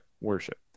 Worship